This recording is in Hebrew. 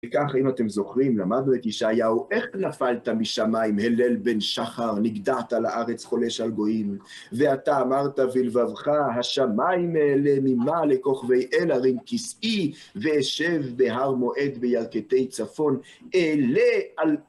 וכך, אם אתם זוכרים, למדנו את ישעיהו, איך נפלת משמיים, הלל בן שחר, נקדעת לארץ חולש על גועים, ואתה אמרת ולבבך, השמיים נעלה ממעלה כוכבי אל, ערים כסאי, ואשב בהר מועד בירקתי צפון, נעלה על...